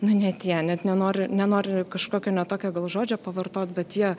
nu ne tie net nenoriu nenoriu kažkokio netokio gal žodžio pavartot bet jie